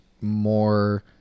more